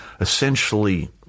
essentially